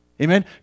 Amen